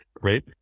Right